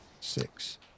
six